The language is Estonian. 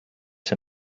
see